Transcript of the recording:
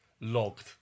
logged